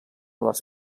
les